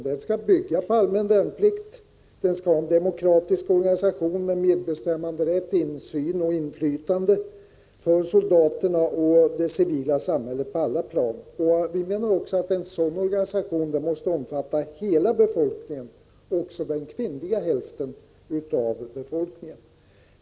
Den skall bygga på allmän värnplikt och den skall vara demokratisk med medbestämmanderätt, insyn och inflytande från soldaterna och det civila samhället på alla plan. En sådan organisation måste omfatta hela befolkningen, också den kvinnliga hälften av befolkningen.